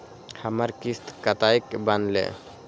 हमर किस्त कतैक बनले?